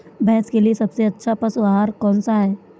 भैंस के लिए सबसे अच्छा पशु आहार कौनसा है?